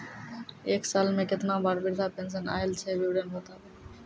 एक साल मे केतना बार वृद्धा पेंशन आयल छै विवरन बताबू?